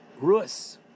Rus